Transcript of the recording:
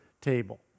table